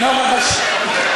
הנה התמונה של הרצל,